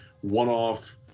one-off